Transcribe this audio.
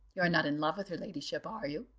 you are not in love with her ladyship, are you?